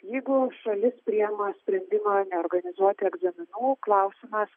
jeigu šalis priima sprendimą neorganizuoti egzaminų klausimas